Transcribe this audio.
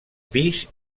pis